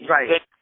Right